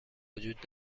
وجود